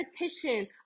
repetition